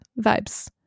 vibes